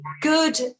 good